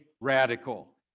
radical